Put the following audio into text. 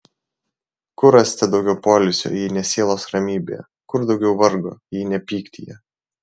kur rasite daugiau poilsio jei ne sielos ramybėje kur daugiau vargo jei ne pyktyje